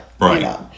Right